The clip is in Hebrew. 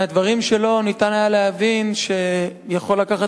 מהדברים שלו ניתן היה להבין שיכול לקחת